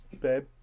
babe